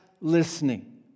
listening